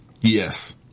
Yes